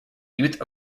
youth